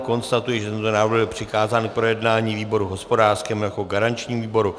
Konstatuji, že tento návrh byl přikázán k projednání výboru hospodářskému jako garančnímu výboru.